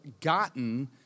gotten